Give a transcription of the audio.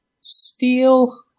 Steel